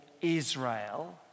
Israel